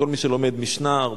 כל מי שלומד משנה,